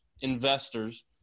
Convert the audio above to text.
investors